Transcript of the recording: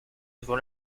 devant